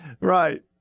right